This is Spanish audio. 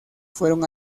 fueron